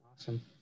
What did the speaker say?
Awesome